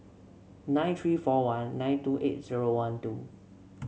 nine three four one nine two eight zero one two